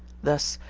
thus,